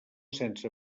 sense